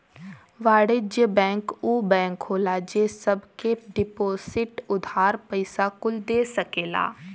वाणिज्य बैंक ऊ बैंक होला जे सब के डिपोसिट, उधार, पइसा कुल दे सकेला